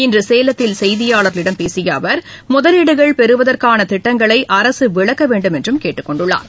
இன்று சேலத்தில் செய்தியாளர்களிடம் பேசிய அவர் முதலீடுகள் பெறுவதற்கான திட்டங்களை அரசு விளக்க வேண்டுமென்றும் கேட்டுக் கொண்டுள்ளார்